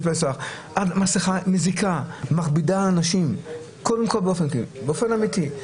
המסכה מזיקה, היא מכבידה על אנשים באופן אמיתי.